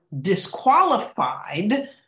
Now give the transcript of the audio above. disqualified